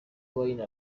wine